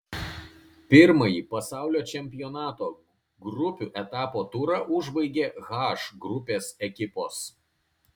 pirmąjį pasaulio čempionato grupių etapo turą užbaigė h grupės ekipos